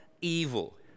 evil